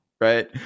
right